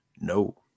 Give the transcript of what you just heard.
No